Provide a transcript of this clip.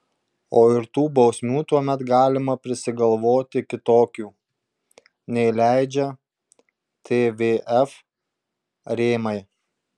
o ir tų bausmių tuomet galima prisigalvoti kitokių nei leidžia tvf rėmai